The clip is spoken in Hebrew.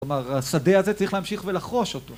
כלומר, השדה הזה צריך להמשיך ולחרוש אותו.